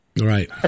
Right